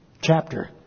chapter